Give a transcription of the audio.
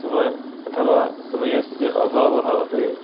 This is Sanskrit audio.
समम् अथवा समयस्य अभावः अपि